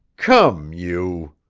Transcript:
come, you.